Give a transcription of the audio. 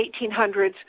1800s